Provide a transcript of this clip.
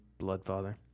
Bloodfather